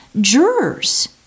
jurors